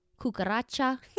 cucaracha